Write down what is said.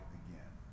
again